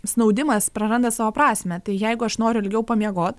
snaudimas praranda savo prasmę tai jeigu aš noriu ilgiau pamiegot